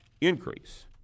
increase